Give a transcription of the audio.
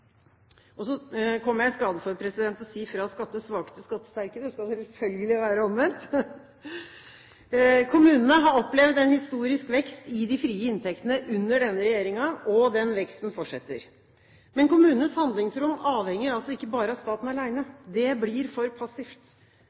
Kommunene har opplevd en historisk vekst i de frie inntektene under denne regjeringen, og den veksten fortsetter. Men kommunenes handlingsrom avhenger ikke bare av staten alene. Det blir for passivt.